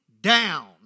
down